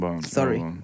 Sorry